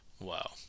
Wow